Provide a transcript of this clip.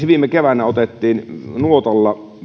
viime keväänä nuotalla